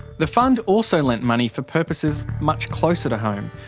the fund also lent money for purposes much closer to home.